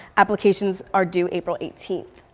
applications are due april eighteenth